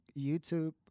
youtube